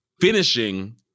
finishing